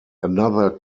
another